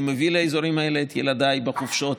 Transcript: אני מביא לאזורים האלה את ילדיי בחופשות,